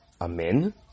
amen